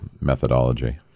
methodology